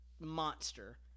monster